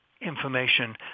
information